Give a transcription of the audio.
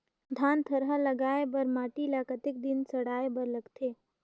धान थरहा लगाय बर माटी ल कतेक दिन सड़ाय बर लगथे?